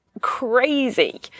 crazy